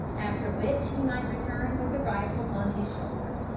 after which he might return with the rifle on his shoulder.